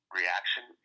reaction